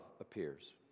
appears